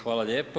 Hvala lijepo.